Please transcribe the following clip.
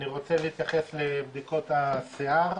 אני רוצה להתייחס לבדיקות השיער,